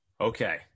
Okay